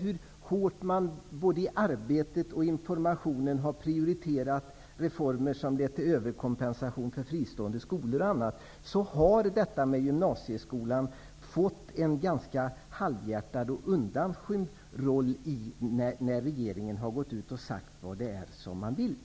hur hårt man har prioriterat arbetet med och informationen om reformer som lett till överkompensation för fristående skolor, har gymnasieskolan fått en undanskymd plats när regeringen deklarerat vad den vill.